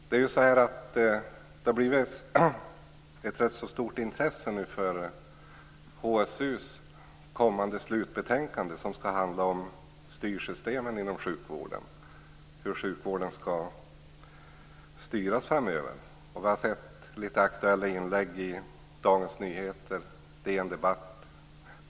Det har nu blivit ett rätt stort intresse för HSU 2000:s kommande slutbetänkande, som skall handla om styrsystemen inom sjukvården - hur sjukvården skall styras framöver. Vi har sett en del aktuella inlägg på DN Debatt.